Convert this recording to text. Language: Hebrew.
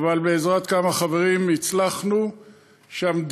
אבל בעזרת כמה חברים הצלחנו שהמדינה,